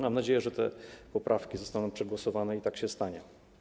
Mam nadzieję, że te poprawki zostaną przegłosowane i tak się stanie.